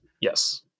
Yes